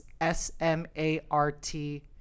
S-M-A-R-T